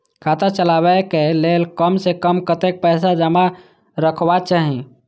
खाता चलावै कै लैल कम से कम कतेक पैसा जमा रखवा चाहि